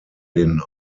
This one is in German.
den